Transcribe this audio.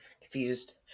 confused